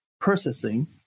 processing